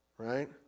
Right